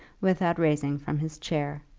without rising from his chair.